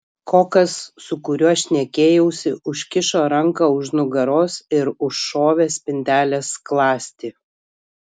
kokas su kuriuo šnekėjausi užkišo ranką už nugaros ir užšovė spintelės skląstį